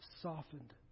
softened